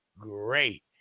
Great